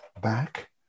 back